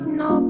no